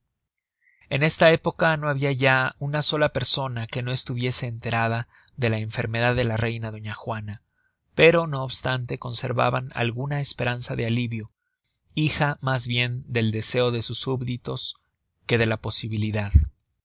en esta época no habia ya una sola persona que no estuviese enterada de la enfermedad de la reina doña juana pero no obstante conservaban alguna esperanza de alivio hija mas bien del deseo de sus súbditos que de la posibilidad